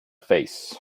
face